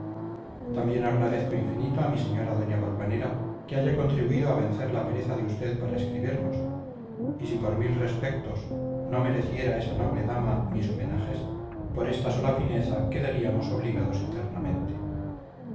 también agradezco infinito a mi señora doña valvanera que haya contribuido a vencer la pereza de usted para escribirnos y si por mil respectos no mereciera esa noble dama mis homenajes por esta sola fineza quedaríamos obligados eternamente